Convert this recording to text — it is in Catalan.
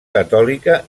catòlica